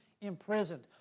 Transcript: imprisoned